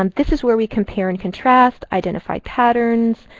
um this is where we compare and contrast, identify patterns,